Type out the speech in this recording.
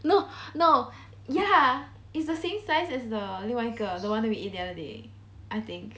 no no ya it's the same size is the 另外一个 the one that we eat the other day I think